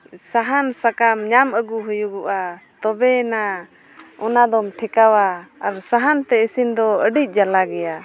ᱥᱟᱦᱟᱱ ᱥᱟᱠᱟᱢ ᱧᱟᱢ ᱟᱹᱜᱩ ᱦᱩᱭᱩᱜᱼᱟ ᱛᱚᱵᱮᱭᱮᱱᱟ ᱚᱱᱟᱫᱚᱢ ᱴᱷᱮᱠᱟᱣᱟ ᱟᱨ ᱥᱟᱦᱟᱱᱛᱮ ᱤᱥᱤᱱ ᱫᱚ ᱟᱹᱰᱤ ᱡᱟᱞᱟ ᱜᱮᱭᱟ